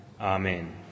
Amen